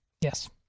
Yes